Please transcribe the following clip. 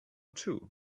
too